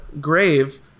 grave